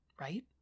Right